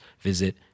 visit